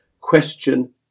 question